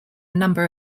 number